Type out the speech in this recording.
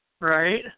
right